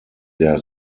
der